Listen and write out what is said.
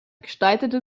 gestaltete